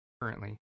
currently